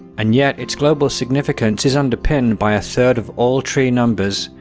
and yet its global significance is underpinned by a third of all tree numbers,